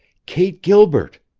kate gilbert!